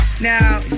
Now